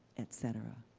et cetera.